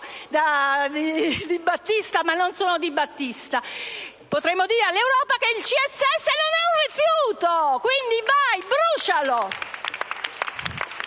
Di Battista, ma non sono Di Battista). Potremo dire all'Europa che il CSS non è un rifiuto. Quindi, vai! Brucialo!